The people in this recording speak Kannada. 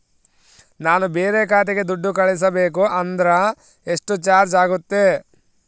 ನಾನು ಬೇರೆ ಖಾತೆಗೆ ದುಡ್ಡು ಕಳಿಸಬೇಕು ಅಂದ್ರ ಎಷ್ಟು ಚಾರ್ಜ್ ಆಗುತ್ತೆ?